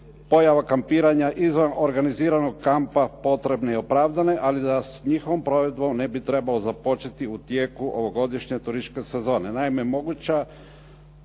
pojava kampiranja izvan organiziranog kampa potrebne i opravdane, ali da s njihovom provedbom ne bi trebalo započeti u tijeku ovogodišnje turističke sezone.